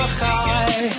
high